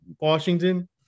Washington